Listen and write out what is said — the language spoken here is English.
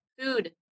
food